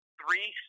three